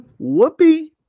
Whoopi